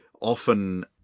often